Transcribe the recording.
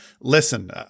listen